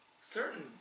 certain